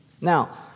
Now